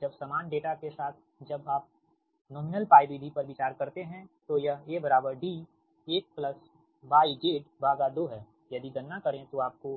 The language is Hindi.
जब समान डेटा के साथ जब आप नाममात्र विधि पर विचार करते हैं तो यह A D1 YZ2 है यदि गणना करें तो आपको